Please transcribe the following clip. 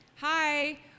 Hi